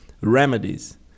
Remedies